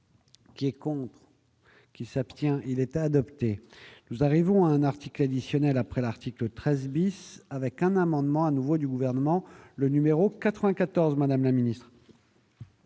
qui est contre qui s'abstient, il est adopté. Nous arrivons à un article additionnel après l'article 13 bis avec un amendement à nouveau du gouvernement, le numéro 94 Madame la Ministre.